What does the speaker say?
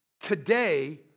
today